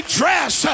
dress